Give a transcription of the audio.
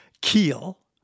keel